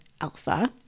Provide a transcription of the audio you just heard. alpha